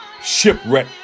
shipwreck